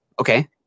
Okay